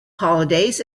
holidays